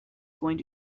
going